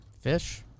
Fish